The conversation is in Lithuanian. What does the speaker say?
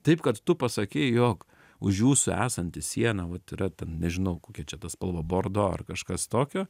taip kad tu pasakei jog už jūsų esanti sieną vat yra ten nežinau kokia čia ta spalva bordo ar kažkas tokio